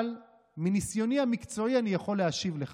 אבל מניסיוני המקצועי אני יכול להשיב לך.